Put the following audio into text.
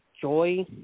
Joy